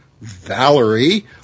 Valerie